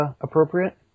appropriate